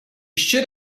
should